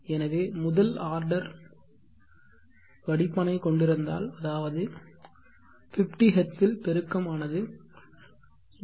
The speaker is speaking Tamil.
எனவே முதல் ஆர்டர் வடிப்பானைக் கொண்டிருந்தால் அதாவது 50 ஹெர்ட்ஸில் பெருக்கம் ஆனது 0